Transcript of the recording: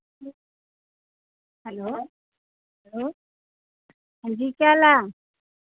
hello लो हां जी केह् हाल ऐ